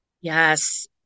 Yes